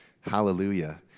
Hallelujah